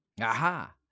Aha